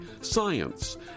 science